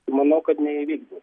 manau kad neįvykdys